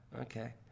okay